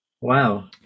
Wow